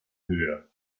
höhe